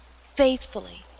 faithfully